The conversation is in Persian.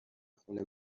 خونه